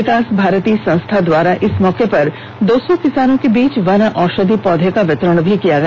विकास भारती संस्था द्वारा इस मौके पर दो सौ किसानों के बीच वन औषधि पौधे का वितरण भी किया गया